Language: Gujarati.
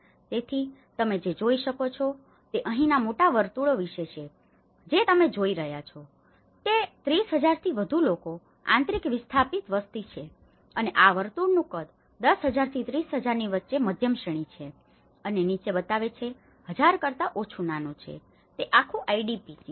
તેથી તમે જે જોઈ શકો છો તે અહીંના મોટા વર્તુળો વિશે છે જે તમે જોઈ રહ્યા છો તે છે 30000 થી વધુ લોકો આંતરિક વિસ્થાપિત વસ્તી છે અને આ વર્તુળનું કદ 10000 થી 30000 ની વચ્ચેની મધ્યમ શ્રેણી છે અને નીચે બતાવે છે 1000 કરતા ઓછું નાનું છે તે આખું IDP ની છે